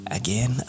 again